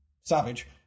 savage